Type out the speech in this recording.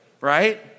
right